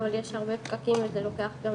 אבל יש הרבה פקקים וזה לוקח גם